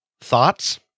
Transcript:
thoughts